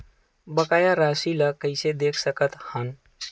बकाया राशि ला कइसे देख सकत हान?